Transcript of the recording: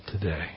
today